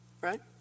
right